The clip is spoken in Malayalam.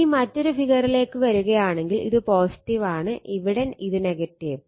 ഇനി മറ്റൊരു ഫിഗറിലേക്ക് വരുകയാണെങ്കിൽ ഇത് ആണ് ഇവിടെ ഇത് ആണ്